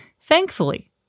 Thankfully